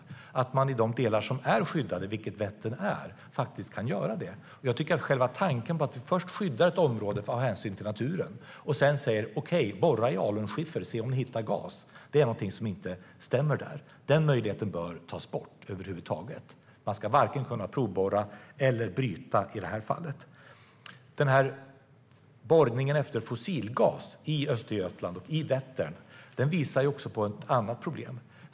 Man kan göra det i de delar som är skyddade, vilket Vättern är. Det är någonting som inte stämmer med själva tanken att vi först skyddar ett område av hänsyn till naturen och sedan säger: Okej, borra i alunskiffer och se om ni hittar gas. Den möjligheten bör tas bort helt och hållet. Man ska varken kunna provborra eller bryta i det här fallet. Borrningen efter fossilgas i Östergötland och Vättern visar också på ett annat problem.